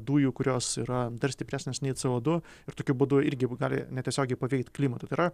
dujų kurios yra dar stipresnės nei c o du ir tokiu būdu irgi gali netiesiogiai paveikt klimatą tai yra